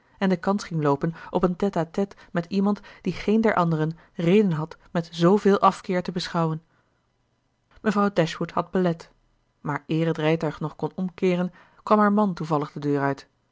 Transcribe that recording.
en de kans ging loopen op een tête-à-tête met iemand die geen der anderen reden had met zveel afkeer te beschouwen mevrouw dashwood had belet maar eer het rijtuig nog kon omkeeren kwam haar man toevallig de deur uit